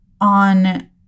on